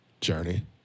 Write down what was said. journey